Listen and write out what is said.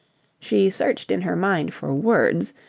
she searched in her mind for words,